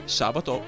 sabato